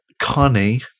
Connie